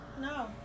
No